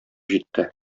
җитте